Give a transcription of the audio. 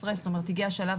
זאת אומרת הגיע השלב,